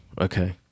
okay